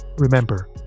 Remember